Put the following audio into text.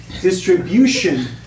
Distribution